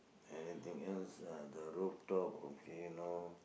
anything else uh the rooftop okay no